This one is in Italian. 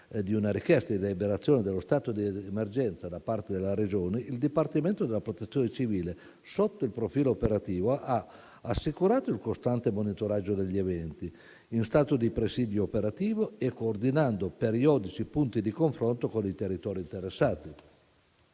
di una richiesta di deliberazione dello stato di emergenza da parte della Regione, il Dipartimento della protezione civile sotto il profilo operativo ha assicurato il costante monitoraggio degli eventi in stato di presidio operativo coordinando periodici punti di confronto con i territori interessati.